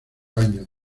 años